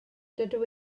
dydw